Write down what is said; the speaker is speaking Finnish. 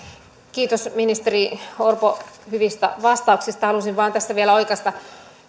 kiitos ministeri orpo hyvistä vastauksista halusin vain tässä vielä oikaista